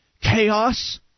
chaos